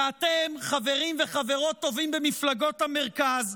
ואתם, חברים וחברות טובים במפלגות המרכז,